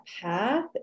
path